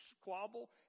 squabble